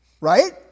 Right